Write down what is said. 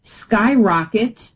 skyrocket